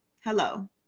hello